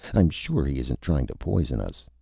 i'm sure he isn't trying to poison us.